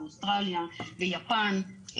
אוסטרליה ויפן.